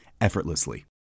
effortlessly